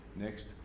next